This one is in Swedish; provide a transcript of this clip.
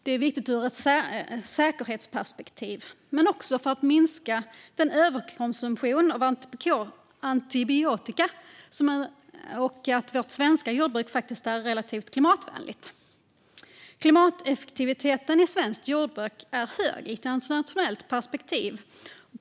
Det är viktigt ur ett säkerhetsperspektiv men också för att minska överkonsumtionen av antibiotika och för att vårt svenska jordbruk är relativt klimatvänligt. Klimateffektiviteten i svenskt jordbruk är hög i ett internationellt perspektiv.